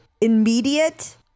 immediate